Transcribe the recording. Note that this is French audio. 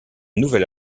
nouvel